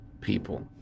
people